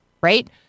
right